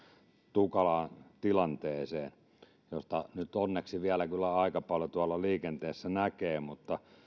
tukalaan tilanteeseen heitä nyt onneksi vielä kyllä aika paljon tuolla liikenteessä näkee mutta